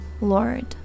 Lord